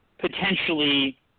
potentially